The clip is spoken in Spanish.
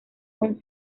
con